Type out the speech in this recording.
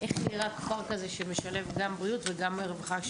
איך נראה כפר כזה שמשלב גם בריאות וגם רווחה.